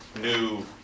new